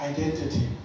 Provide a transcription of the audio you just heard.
Identity